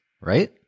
right